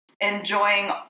enjoying